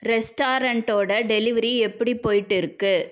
ரெஸ்டாரண்டோட delivery எப்படி போய்ட்டு இருக்குது